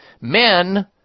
Men